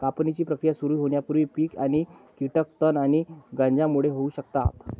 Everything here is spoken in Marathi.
कापणीची प्रक्रिया सुरू होण्यापूर्वी पीक आणि कीटक तण आणि गंजांमुळे होऊ शकतात